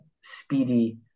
speedy